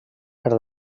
per